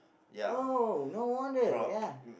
oh no wonder ya